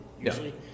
usually